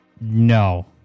No